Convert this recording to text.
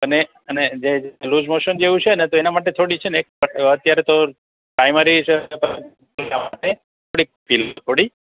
અને અને જે લૂઝમોશન જેવું છે ને તો એના માટે થોડીક છે ને એક અત્યારે તો પ્રાઇમરી તો થોડીક થોડી